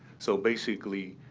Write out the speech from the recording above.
so basically,